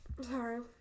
Sorry